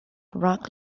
rock